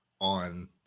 on